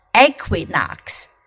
Equinox